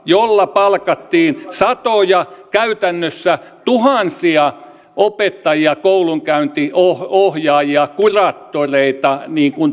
jolla palkattiin satoja käytännössä tuhansia opettajia koulunkäyntiohjaajia kuraattoreita